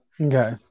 Okay